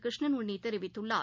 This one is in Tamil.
கிருஷ்ணன் உன்னிதெரிவித்துள்ளார்